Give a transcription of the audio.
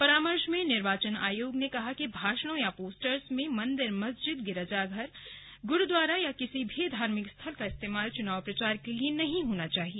परामर्श में निर्वाचन आयोग ने कहा कि भाषणों या पोस्टमरों में मंदिर मस्जिद गिरजाघर गुरूद्वारा और किसी भी धार्मिक स्थिल का इस्तेमाल चुनाव प्रचार के लिए नहीं होना चाहिए